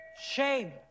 Shame